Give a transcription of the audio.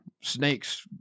snakes